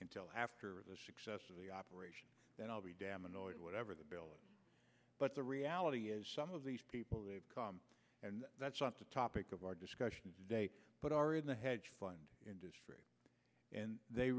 until after the success of the operation then i'll be damn annoyed whatever the bill but the reality is some of these people and that's not the topic of our discussion today but are in the hedge fund industry and they